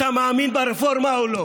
אתה מאמין ברפורמה או לא?